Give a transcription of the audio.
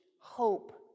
HOPE